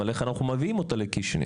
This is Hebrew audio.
אבל איך אנחנו מביאים אותה לקישינב?